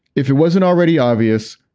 if it wasn't already obvious,